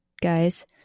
guys